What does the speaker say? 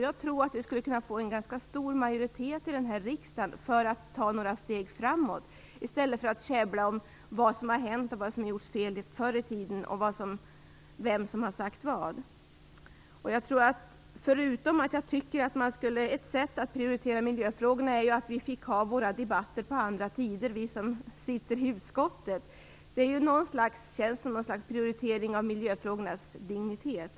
Jag tror att vi skulle kunna få en ganska stor majoritet i riksdagen för att ta några steg framåt i stället för att käbbla om vad som har hänt, om vad som har gjorts förr i tiden och om vem som har sagt vad. Ett sätt att prioritera miljöfrågorna vore ju att vi fick ha våra debatter på andra tider, vi som sitter i utskottet. Det känns som att detta på något sätt visar prioriteringen av miljöfrågornas dignitet.